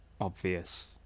Obvious